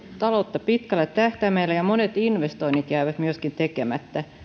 taloutta pitkällä tähtäimellä ja monet investoinnit jäävät myöskin tekemättä